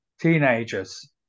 teenagers